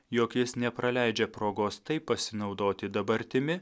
jog jis nepraleidžia progos taip pasinaudoti dabartimi